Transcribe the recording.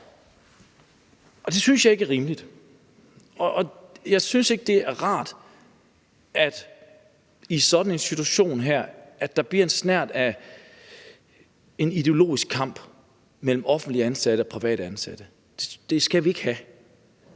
og det synes jeg ikke er rimeligt. Jeg synes ikke, det er rart, at der i sådan en situation her bliver en snert af en ideologisk kamp mellem offentligt ansatte og privat ansatte. Det skal vi ikke have.